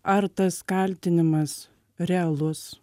ar tas kaltinimas realus